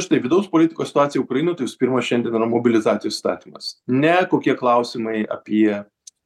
štai vidaus politikos situacija ukrainoj tai visų pirmą šiandien yra mobilizacijos įstatymas ne kokie klausimai apie